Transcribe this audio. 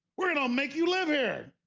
we're gonna um make you live here